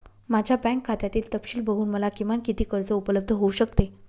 माझ्या बँक खात्यातील तपशील बघून मला किमान किती कर्ज उपलब्ध होऊ शकते?